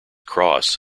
cross